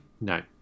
No